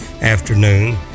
afternoon